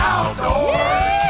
Outdoors